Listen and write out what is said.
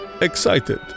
excited